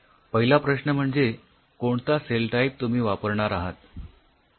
पहिला प्रश्न म्हणजे कोणता सेल टाईप तुम्ही वापरणार आहात